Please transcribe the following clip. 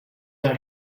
are